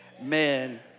amen